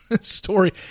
story